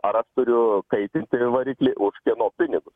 ar aš turiu kaitinti variklį už kieno pinigus